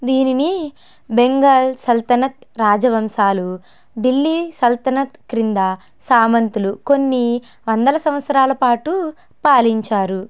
దీనిని బెంగాల్ సల్తనత్ రాజవంశాలు ఢిల్లీ సల్తనత్ క్రింద సామంతులు కొన్ని వందల సంవత్సరాల పాటు పాలించారు